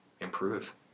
Improve